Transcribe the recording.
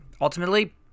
Ultimately